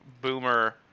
boomer